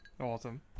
Awesome